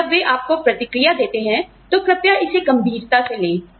और जब वे आपको प्रतिक्रिया देते हैं तो कृपया इसे गंभीरता से लें